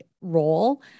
role